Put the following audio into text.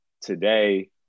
today